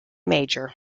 major